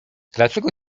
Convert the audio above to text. dlaczego